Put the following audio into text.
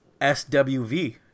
SWV